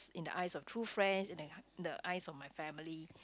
in the eyes of true friends in the the eyes of my family